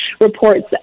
reports